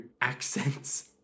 accents